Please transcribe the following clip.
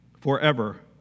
forever